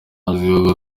azwiho